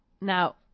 Now